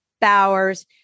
Bowers